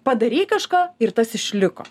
padarei kažką ir tas išliko